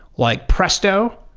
like presto,